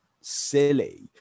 silly